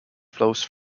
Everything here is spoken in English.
flows